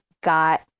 got